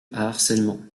harcèlement